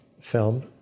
film